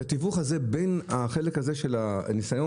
את התיווך הזה בין החלק הזה של הניסיון.